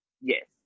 yes